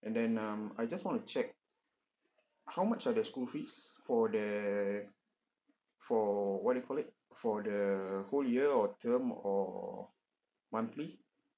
and then um I just want to check how much are the school fees for their for what you call it for the whole year or term or monthly